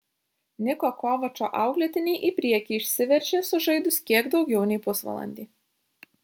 niko kovačo auklėtiniai į priekį išsiveržė sužaidus kiek daugiau nei pusvalandį